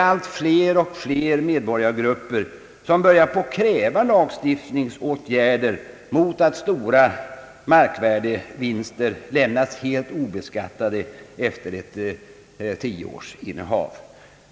Allt flera medborgagrupper börjar kräva lagstiftningsåtgärder mot att stiora markvärdesvinster lämnats helt obeskattade efter ett tioårigt innehav.